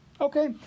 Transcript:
Okay